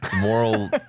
moral